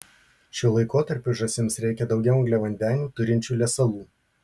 šiuo laikotarpiu žąsims reikia daugiau angliavandenių turinčių lesalų